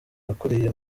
nakuriye